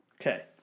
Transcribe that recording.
Okay